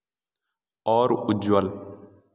और उज्ज्वल